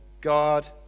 God